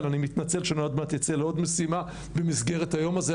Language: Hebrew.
אני מתנצל שאני עוד מעט אצא לעוד משימה במסגרת היום הזה,